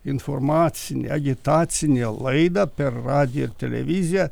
informacinė agitacinė laidą per radiją ir televiziją